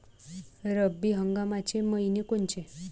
रब्बी हंगामाचे मइने कोनचे?